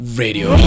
radio